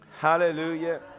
hallelujah